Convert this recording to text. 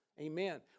Amen